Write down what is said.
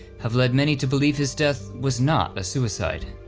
have led many to believe his death was not a suicide.